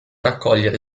raccogliere